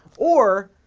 or.